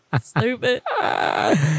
stupid